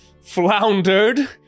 floundered